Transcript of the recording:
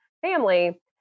family